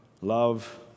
Love